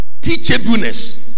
teachableness